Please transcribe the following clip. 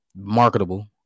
marketable